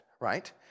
right